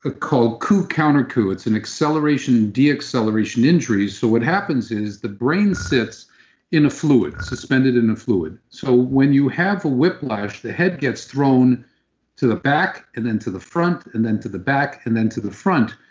ah called coup counter coup. it's an acceleration, deacceleration injury so what happens is, the brain sits in a fluid, suspended in a and fluid. so when you have a whiplash, the head gets thrown to the back and then to the front and then to the back and then to the front.